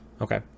Okay